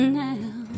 now